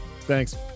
thanks